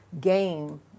game